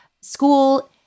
school